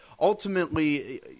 ultimately